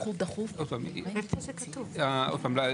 עוד פעם,